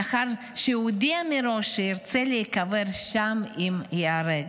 מאחר שהודיע מראש שירצה להיקבר שם אם ייהרג.